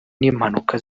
n’impanuka